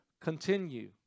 continue